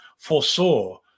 Foresaw